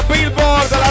Billboard